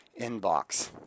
inbox